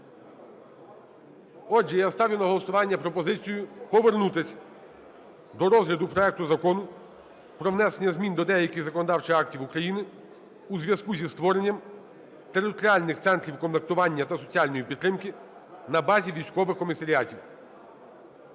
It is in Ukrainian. Отже, я ставлю на голосування пропозицію повернутись до розгляду проекту Закону про внесення змін до деяких законодавчих актів України у зв'язку зі створенням територіальних центрів комплектування та соціальної підтримки на базі військових комісаріатів.